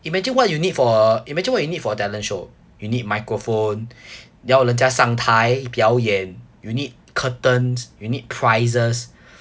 imagine what you need for a imagine what you need for a talent show you need microphone 要人家上台表演 you need curtains you need prizes